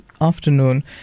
afternoon